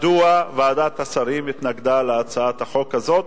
מדוע ועדת השרים התנגדה להצעת החוק הזאת,